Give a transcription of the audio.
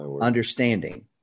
understanding